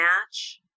match